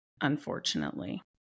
unfortunately